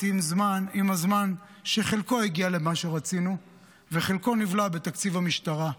עם הזמן הבנתי שחלקו הגיע למה שרצינו וחלקו נבלע בתקציב המשטרה.